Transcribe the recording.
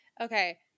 Okay